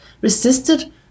resisted